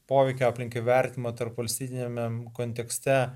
poveikio aplinkai vertinimo tarpvalstybiniame kontekste